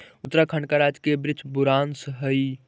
उत्तराखंड का राजकीय वृक्ष बुरांश हई